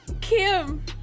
kim